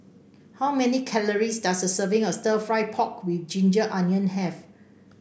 how many calories does a serving of stir fry pork with ginger onion have